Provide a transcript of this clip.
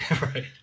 Right